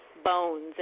bones